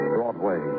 Broadway